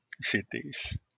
cities